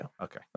Okay